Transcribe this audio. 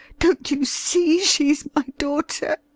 don't you see she's my daughter?